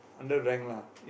under rank lah